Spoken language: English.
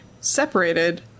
separated